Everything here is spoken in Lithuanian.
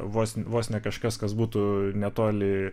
vos vos ne kažkas kas būtų netoli